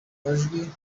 majwi